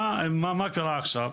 מה קרה עכשיו?